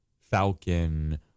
Falcon